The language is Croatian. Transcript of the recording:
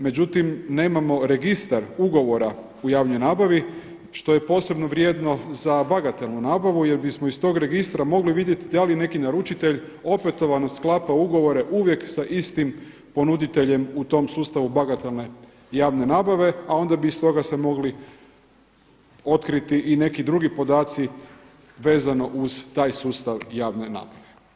Međutim, nemamo registar ugovora u javnoj nabavi što je posebno vrijedno za bagatelnu nabavu, jer bismo iz toga registra mogli vidjeti da li neki naručitelj opetovano sklapa ugovore uvijek sa istim ponuditeljem u tom sustavu bagatelne javne nabave, a onda bi iz toga se mogli otkriti i neki drugi podaci vezano uz taj sustav javne nabave.